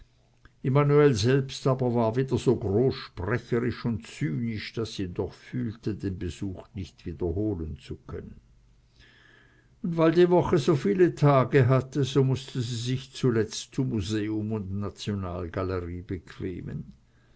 immanuel selbst aber war wieder so großsprecherisch und zynisch daß sie doch fühlte den besuch nicht wiederholen zu können und weil die woche so viele tage hatte so mußte sie sich zuletzt zu museum und nationalgalerie bequemen